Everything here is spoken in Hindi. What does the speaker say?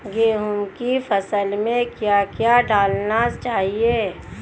गेहूँ की फसल में क्या क्या डालना चाहिए?